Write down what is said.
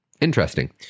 interesting